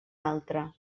altre